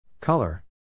Color